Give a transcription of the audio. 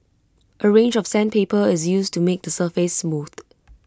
A range of sandpaper is used to make the surface smooth